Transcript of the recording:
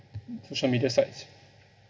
social media sites